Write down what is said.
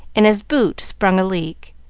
and his boot sprung a leak,